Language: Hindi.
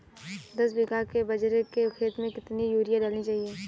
दस बीघा के बाजरे के खेत में कितनी यूरिया डालनी चाहिए?